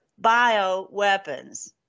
bioweapons